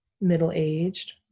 middle-aged